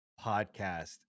podcast